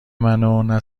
منو، نه